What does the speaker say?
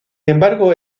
embargo